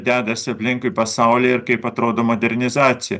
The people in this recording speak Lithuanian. dedasi aplinkui pasaulyje ir kaip atrodo modernizacija